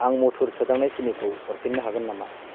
आं मधुर सोदांनाय सिनिखौ हरफिन्नो हागोन नामा